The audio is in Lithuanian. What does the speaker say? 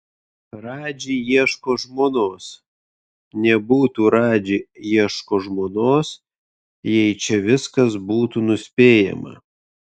radži ieško žmonos nebūtų radži ieško žmonos jei čia viskas būtų nuspėjama